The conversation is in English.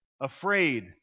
Afraid